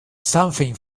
something